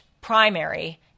primary